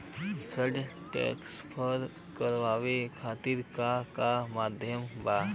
Fund transfer करवाये खातीर का का माध्यम बा?